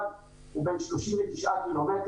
הוא בן 39 ק"מ.